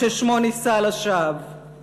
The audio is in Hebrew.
ששמו נישא לשווא.